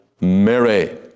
Mary